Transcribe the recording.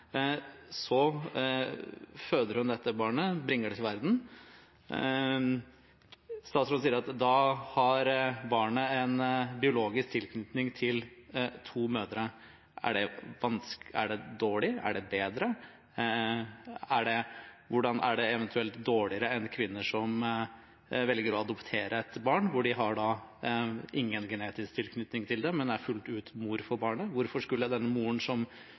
Så føder hun dette barnet, bringer det til verden. Statsråden sier at da har barnet en biologisk tilknytning til to mødre. Er det dårlig? Er det bedre? Er det eventuelt dårligere enn det at kvinner velger å adoptere et barn som de ikke har noen genetisk tilknytning til, men fullt ut er mor for?